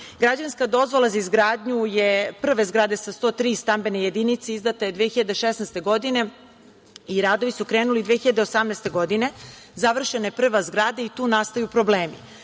stanova. Građanska dozvola za izgradnju je, prve zgrade sa 103 stambene jedinice, izdata je 2016. godine i radovi su krenuli 2018. godine. Završena je prva zgrada i tu nastaju problemi. Razvojna